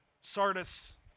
Sardis